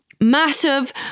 massive